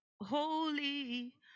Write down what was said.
Holy